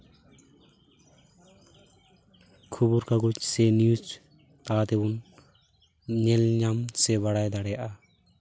ᱠᱷᱚᱵᱚᱨ ᱠᱟᱜᱚᱡ ᱥᱮ ᱱᱤᱭᱩᱡ ᱛᱟᱞᱟ ᱛᱮᱵᱚᱱ ᱧᱮᱞᱧᱟᱢ ᱥᱮ ᱵᱟᱲᱟᱭ ᱫᱟᱲᱭᱟᱜᱼᱟ